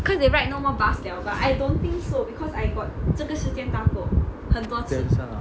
then this [one] ah